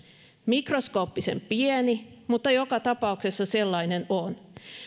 mikroskooppisen pieni mutta joka tapauksessa sellainen on